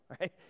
right